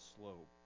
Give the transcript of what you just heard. slope